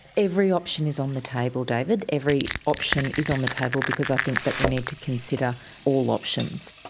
every option is on the table, david, every option is on the table because i think that we need to consider all options.